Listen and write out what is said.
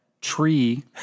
Tree